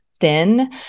thin